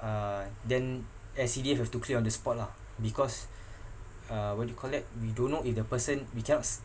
uh then S_C_D_F have to clear on the spot lah because uh what do you call that we don't know if the person we cannots